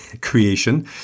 creation